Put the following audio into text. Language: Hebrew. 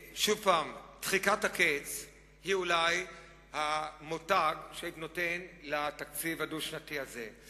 דחיקת הקץ היא אולי המותג שהייתי נותן לתקציב הדו-שנתי הזה.